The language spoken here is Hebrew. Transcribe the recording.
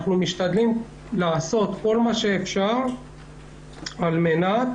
אנחנו משתדלים לעשות כל מה שאפשר על מנת